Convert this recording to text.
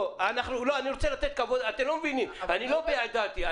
אני לא מביע את דעתי.